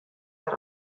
har